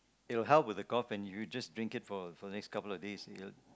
it'll be help with the cough and you just drink it for for the next couple of days you'll